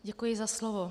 Děkuji za slovo.